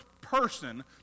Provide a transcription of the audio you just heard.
person